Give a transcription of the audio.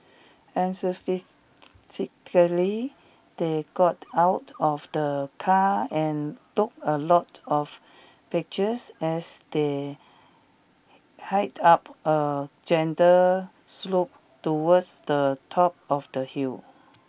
enthusiastically they got out of the car and took a lot of pictures as they hiked up a gentle slope towards the top of the hill